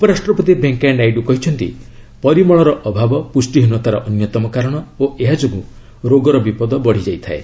ଉପରାଷ୍ଟ୍ରପତି ଭେଙ୍କିୟା ନାଇଡୁ କହିଛନ୍ତି ପରିମଳର ଅଭାବ ପୁଷ୍ଟିହୀନତାର ଅନ୍ୟତମ କାରଣ ଓ ଏହାଯୋଗୁଁ ରୋଗର ବିପଦ ବଢ଼ିଯାଇଥାଏ